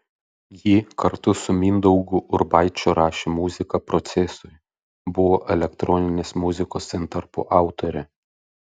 ji kartu su mindaugu urbaičiu rašė muziką procesui buvo elektroninės muzikos intarpų autorė